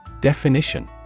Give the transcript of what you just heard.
Definition